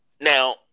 Now